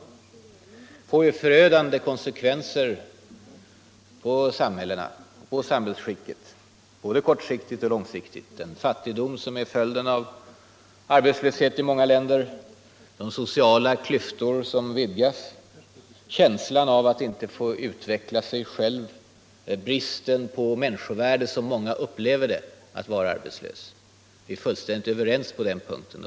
Det blir ju förödande konsekvenser för samhällsskicket — både kortsiktigt och långsiktigt — av den fattigdom som är följden av arbetslöshet i många länder. De sociala klyftorna vidgas, och känslan av att inte få utveckla sig själv ökar. Vi är fullständigt överens på den punkten.